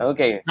Okay